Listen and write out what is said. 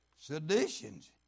seditions